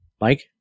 Mike